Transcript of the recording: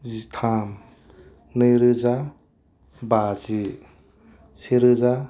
जिथाम नैरोजा बाजि सेरोजा